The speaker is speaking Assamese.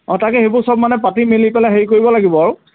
অঁ তাকে সেইবোৰ চব মানে পাতি মেলি পেলাই হেৰি কৰিব লাগিব আৰু